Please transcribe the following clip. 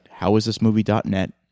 howisthismovie.net